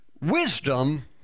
Wisdom